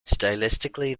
stylistically